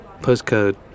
postcode